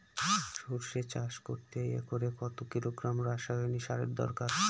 সরষে চাষ করতে একরে কত কিলোগ্রাম রাসায়নি সারের দরকার?